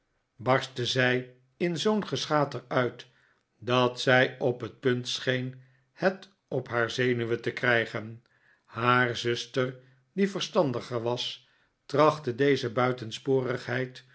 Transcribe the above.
barstte zij in zoo'n geschater uit dat zij op het punt scheen het op haar zenuwen te krijgen haar zuster die verstandiger was trachtte deze buitensporigheid